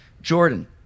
Jordan